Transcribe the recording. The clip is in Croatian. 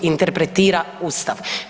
Interpretira Ustav.